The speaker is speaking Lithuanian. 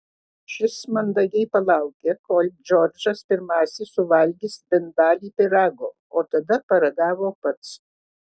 šis mandagiai palaukė kol džordžas pirmasis suvalgys bent dalį pyrago o tada paragavo pats